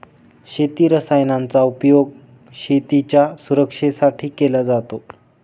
शेती रसायनांचा उपयोग शेतीच्या सुरक्षेसाठी केला जातो